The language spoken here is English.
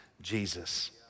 Jesus